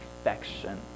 affection